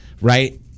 right